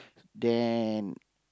then